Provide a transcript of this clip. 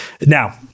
now